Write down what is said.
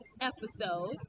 episode